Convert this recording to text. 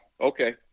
okay